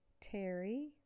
Terry